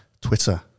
twitter